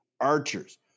Archers